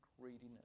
greediness